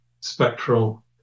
spectral